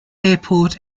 airport